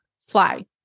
fly